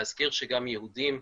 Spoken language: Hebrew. להזכיר שגם יהודים,